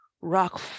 rock